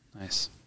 Nice